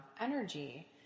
energy